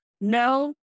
no